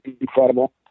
incredible